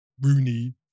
Rooney